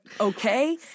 okay